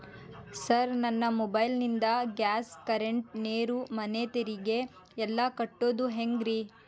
Sir ನನ್ನ mobile ನಿಂದ gas, current, ನೇರು, ಮನೆ ತೆರಿಗೆ ಎಲ್ಲಾ ಕಟ್ಟೋದು ಹೆಂಗ್ರಿ?